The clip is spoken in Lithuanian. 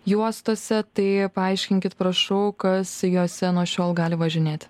juostose tai paaiškinkit prašau kas jose nuo šiol gali važinėti